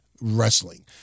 wrestling